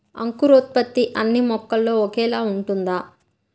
అంకురోత్పత్తి అన్నీ మొక్కల్లో ఒకేలా ఉంటుందా?